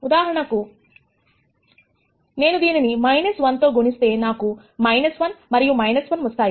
ఉదాహరణకు నేను దీనిని 1 తో గుణిస్తే నాకు 1 మరియు 1 వస్తాయి